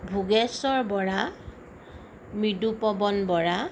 Bhogeswar Bora Mridupawan Bora